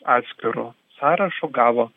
atskiru sąrašu gavo